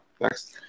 Next